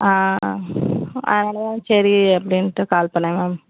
ஆ அதனால் சரி அப்படின்ட்டு கால் பண்ணேன் மேம்